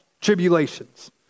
Tribulations